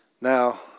Now